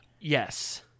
Yes